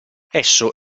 esso